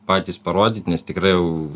patys parodyt nes tikrai jau